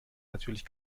natürlich